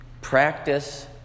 Practice